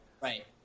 right